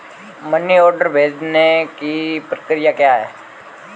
Money order भेजने की प्रक्रिया क्या है?